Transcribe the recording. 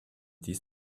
dies